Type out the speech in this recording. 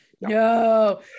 No